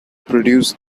produce